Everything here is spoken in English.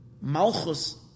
Malchus